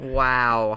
wow